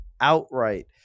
outright